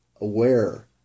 Aware